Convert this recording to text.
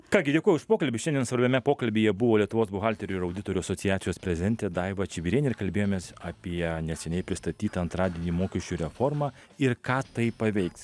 ką gi dėkoju už pokalbį šiandien svarbiame pokalbyje buvo lietuvos buhalterių ir auditorių asociacijos prezidentė daiva čibirienė ir kalbėjomės apie neseniai pristatytą antradienį mokesčių reformą ir ką tai paveiks